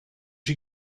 you